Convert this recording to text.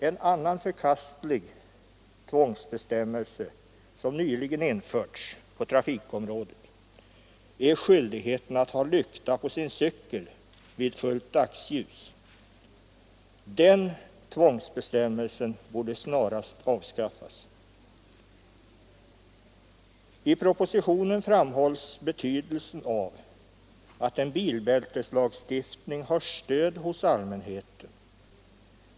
En annan förkastlig tvångsbestämmelse som nyligen införts på trafikområdet är skyldigheten att ha lykta på sin cykel vid färd i dagsljus. Den tvångsbestämmelsen bör snarast avskaffas. I propositionen framhålls betydelsen av att en bilbälteslag har stöd hos allmänheten.